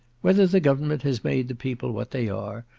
whether the government has made the people what they are,